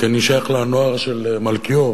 כי אני שייך לנוער של מלכיאור,